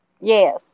Yes